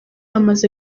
bamaze